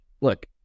look